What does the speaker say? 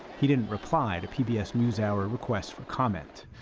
he didn't reply to pbs newshour requests for comment.